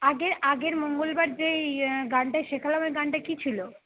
আগের আগের মঙ্গলবার যেই গানটা শেখালাম ওই গানটা কি ছিল